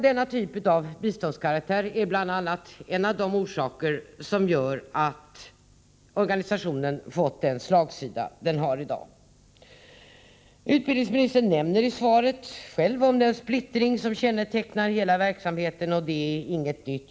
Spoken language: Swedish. Denna biståndskaraktär är en av orsakerna till att organisationen fått den slagsida den har i dag. Utbildningsministern nämner själv i svaret den splittring som kännetecknar hela verksamheten. Det är inget nytt.